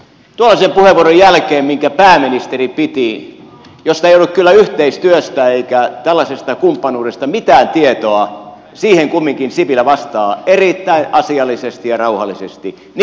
tuollaisen puheenvuoron jälkeen minkä pääministeri piti jossa ei ollut kyllä yhteistyöstä eikä tällaisesta kumppanuudesta mitään tietoa siihen kumminkin sipilä vastaa erittäin asiallisesti ja rauhallisesti niin kuin pitääkin